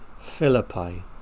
Philippi